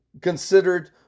considered